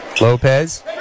Lopez